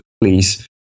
Please